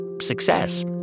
success—